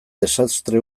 desastre